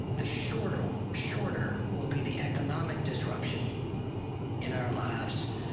the shorter will shorter will be the economic disruption in our lives.